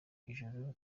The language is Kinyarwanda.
ijoro